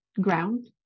ground